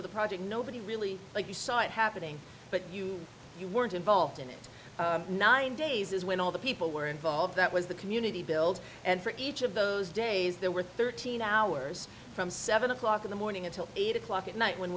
of the project nobody really like you saw it happening but you you weren't involved in it nine days is when all the people were involved that was the community builds and for each of those days there were thirteen hours from seven o'clock in the morning until eight o'clock at night when